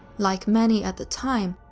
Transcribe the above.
like many at the time,